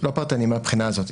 לא פרטני מהבחינה הזאת,